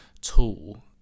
tool